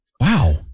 Wow